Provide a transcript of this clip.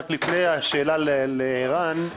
רק לפני השאלה לערן,